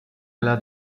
alla